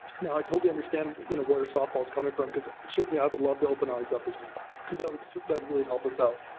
now i totally understand where softball is coming from, because certainly i would love to open ours up as well, because that would really help us out.